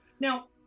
now